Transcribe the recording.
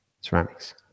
ceramics